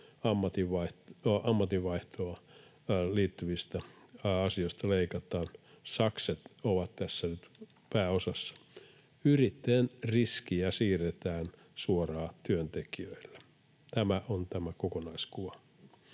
ammatinvaihtoon liittyvistä asioista. Sakset ovat tässä nyt pääosassa. Yrittäjän riskiä siirretään suoraan työntekijöille. Tämä on tämä kokonaiskuva.